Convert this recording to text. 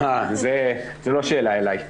זו לא שאלה אליי.